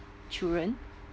children